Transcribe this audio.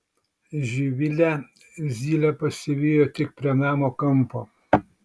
živilę zylė pasivijo tik prie namo kampo